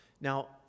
Now